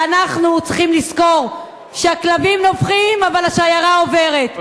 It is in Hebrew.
ואנחנו צריכים לזכור שהכלבים נובחים אבל השיירה עוברת.